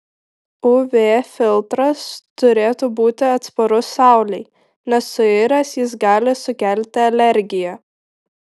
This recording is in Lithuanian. uv filtras turėtų būti atsparus saulei nes suiręs jis gali sukelti alergiją